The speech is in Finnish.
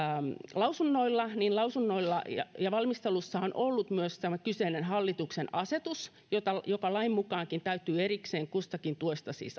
lausunnoilla niin lausunnoilla ja ja valmistelussa on ollut myös tämä kyseinen hallituksen asetus joka lain mukaankin siis täytyy erikseen kustakin tuesta